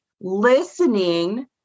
listening